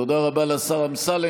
תודה רבה לשר אמסלם.